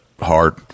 hard